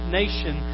nation